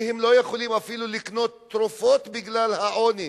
הם לא יכולים אפילו לקנות תרופות בגלל העוני.